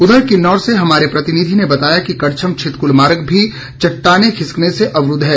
उधर किन्नौर से हमारे प्रतिनिधि ने बताया कि कड़छम छितकुल मार्ग भी चट्टाने खिसकने से अवरुद्ध है